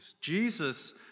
Jesus